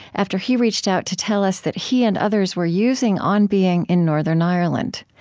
after he reached out to tell us that he and others were using on being in northern ireland.